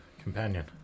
companion